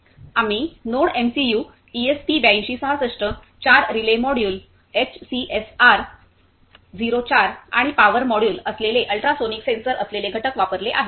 आम्ही NodeMCU ESP 8266 चार relay module एचसीएसआर04 आणि पॉवर मॉड्यूल असलेले अल्ट्रासोनिक सेन्सर असलेले घटक वापरले आहेत